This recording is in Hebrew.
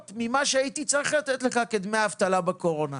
ממה שהייתי צריך לתת לך כדמי אבטלה בקורונה.